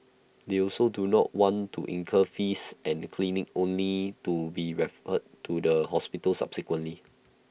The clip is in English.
they also do not want to incur fees and clinic only to be referred to the hospital subsequently